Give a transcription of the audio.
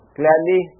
gladly